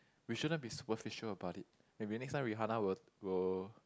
we shouldn't be superficial about it maybe next time Rihanna will will